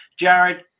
Jared